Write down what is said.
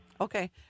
Okay